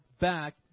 back